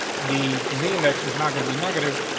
the z next is not gonna be negative,